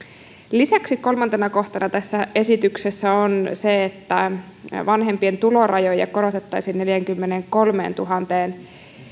lisäksi kolmantena kohtana tässä esityksessä on se että vanhempien tulorajoja korotettaisiin neljäänkymmeneenkolmeentuhanteen